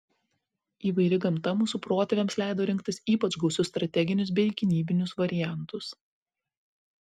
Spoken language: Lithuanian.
įvairi gamta mūsų protėviams leido rinktis ypač gausius strateginius bei gynybinius variantus